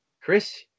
Chris